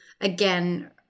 again